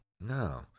No